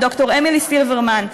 לד"ר אמילי סילברמן,